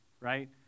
right